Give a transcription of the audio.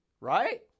right